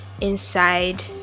inside